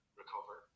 recover